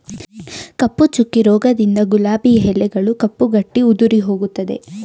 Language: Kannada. ಕಪ್ಪು ಚುಕ್ಕೆ ರೋಗದಿಂದ ಗುಲಾಬಿಯ ಎಲೆಗಳು ಕಪ್ಪು ಗಟ್ಟಿ ಉದುರಿಹೋಗುತ್ತದೆ